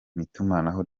itumanaho